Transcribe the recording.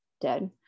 dead